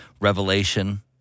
revelation